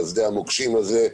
בשדה המוקשים הזה,